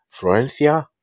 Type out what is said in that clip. Florencia